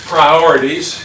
Priorities